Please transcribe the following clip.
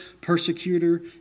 persecutor